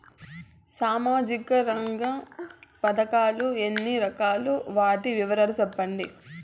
సామాజిక రంగ పథకాలు ఎన్ని రకాలు? వాటి వివరాలు సెప్పండి